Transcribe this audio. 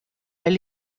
veel